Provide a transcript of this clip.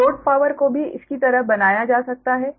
तो load power को भी इस की तरह बनाया जा सकता है